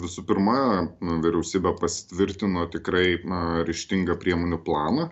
visų pirma vyriausybė pasitvirtino tikrai na ryžtingų priemonių planą